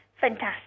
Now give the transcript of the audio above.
Fantastic